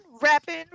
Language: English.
rapping